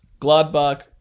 Gladbach